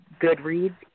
Goodreads